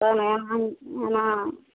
तब ने एना